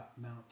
mount